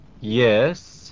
Yes